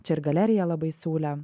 čia ir galerija labai siūlė